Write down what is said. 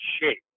shape